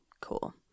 Cool